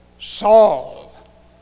Saul